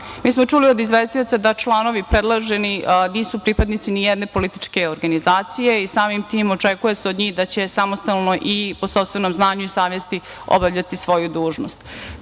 smo čuli od izvestioca da članovi predloženi nisu pripadnici nijedne političke organizacije i samim tim očekuje se od njih da će samostalno i po sopstvenom znanju i savesti obavljati svoju dužnost. Takođe,